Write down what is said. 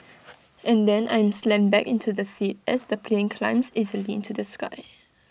and then I'm slammed back into the seat as the plane climbs easily into the sky